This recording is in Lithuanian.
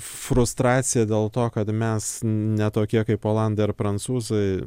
frustracija dėl to kad mes ne tokie kaip olandai ar prancūzai